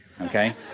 okay